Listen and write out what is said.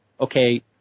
Okay